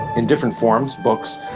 in different forms, books.